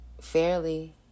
fairly